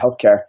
healthcare